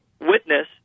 witness